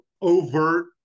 overt